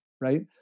Right